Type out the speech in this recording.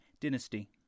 dynasty